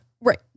Right